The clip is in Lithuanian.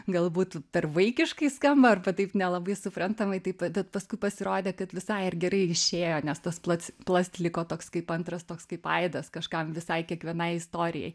galbūt per vaikiškai skamba ar taip nelabai suprantamai taip bet paskui pasirodė kad visai ir gerai išėjo nes tas plats plast liko toks kaip antras toks kaip aidas kažkam visai kiekvienai istorijai